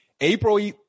april